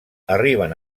arriben